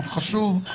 חוק חשוב,